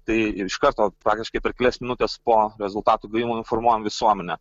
tai iš karto faktiškai per kelias minutes po rezultatų gavimo informuojam visuomenę